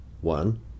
one